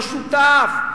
הוא לא שותף.